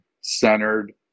centered